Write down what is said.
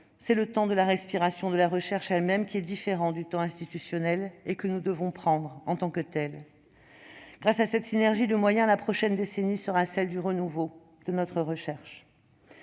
c'est le temps de la respiration de la recherche elle-même, qui est différent du temps institutionnel et que nous devons prendre en compte en tant que tel. Grâce à cette synergie de moyens, la prochaine décennie sera celle du renouveau de notre recherche.